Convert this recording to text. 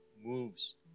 moves